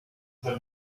the